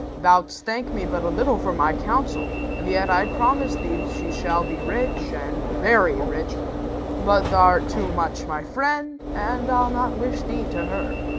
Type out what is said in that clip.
thou'dst thank me but a little for my counsel and yet i'll promise thee she shall be rich, and very rich but th'art too much my friend, and i'll not wish thee to her.